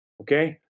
okay